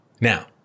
Now